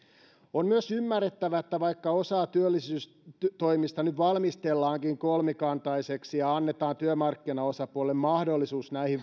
on myös ymmärrettävä että vaikka osaa työllisyystoimista nyt valmistellaankin kolmikantaisesti ja annetaan työmarkkinaosapuolille mahdollisuus